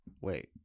wait